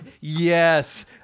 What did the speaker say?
yes